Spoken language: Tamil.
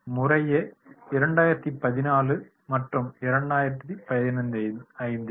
முறையே 2014 மற்றும் 2015யில்